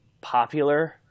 popular